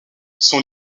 son